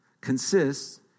consists